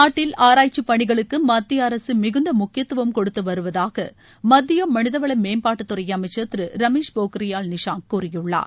நாட்டில் ஆராய்ச்சி பணிகளுக்கு மத்திய அரசு மிகுந்த முக்கியத்துவம் கொடுத்து வருவதாக மத்திய மனிதவள மேம்பாட்டுத்துறை அமைச்சர் திரு ரமேஷ் போக்ரியால் நிஷான்க் கூறியுள்ளார்